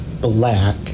black